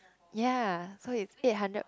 ya so it's eight hundred